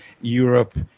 Europe